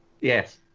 Yes